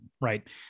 Right